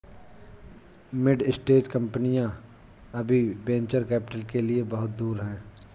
mid stage कंपनियां अभी venture capital के लिए बहुत दूर हैं